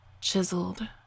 chiseled